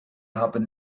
haben